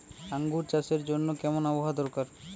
আঙ্গুর চাষের জন্য কেমন আবহাওয়া দরকার?